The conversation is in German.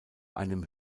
einem